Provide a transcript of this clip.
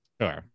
Sure